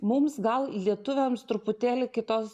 mums gal lietuviams truputėlį kitos